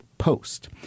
Post